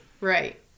Right